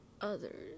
others